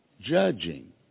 judging